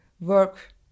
work